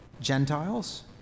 Gentiles